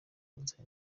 kunsaba